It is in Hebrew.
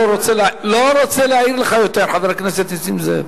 לא רוצה להעיר לך יותר, חבר הכנסת נסים זאב.